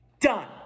Done